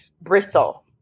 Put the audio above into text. bristle